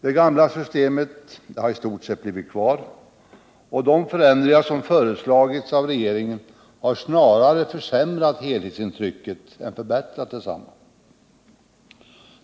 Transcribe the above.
Det gamla skattesystemet har i stort sett blivit kvar, och de förändringar som har föreslagits av regeringen har snarare försämrat än förbättrat helhetsintrycket.